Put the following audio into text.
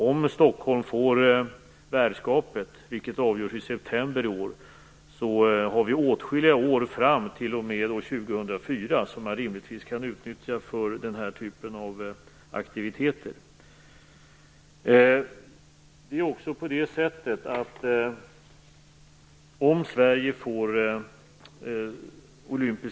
Om Stockholm får värdskapet, vilket avgörs i september i år, har vi åtskilliga år fram till år 2004 som man rimligtvis kan utnyttja för den här typen av aktiviteter.